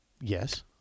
Yes